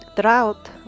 drought